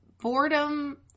boredom